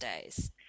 days